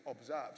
observed